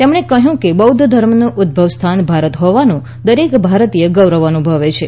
તેમણે કહ્યું કે બૌધ્ધ ધર્મનું ઉદભવસ્થાન ભારત હોવાનું દરેક ભારતીય ગૌરવ અનુભવે છે